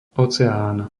oceán